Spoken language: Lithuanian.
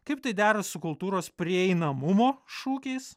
kaip tai dera su kultūros prieinamumo šūkiais